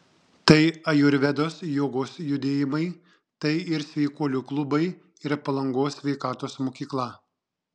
tai ajurvedos jogos judėjimai tai ir sveikuolių klubai ir palangos sveikatos mokykla